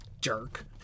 Jerk